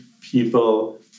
people